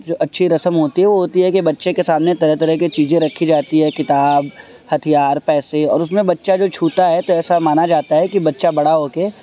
جو اچھی رسم ہوتی ہے وہ ہوتی ہے کہ بچے کے سامنے طرح طرح کی چیزیں رکھی جاتی ہے کتاب ہتھیار پیسے اور اس میں بچہ جو چھوتا ہے تو ایسا مانا جاتا ہے کہ بچہ بڑا ہو کے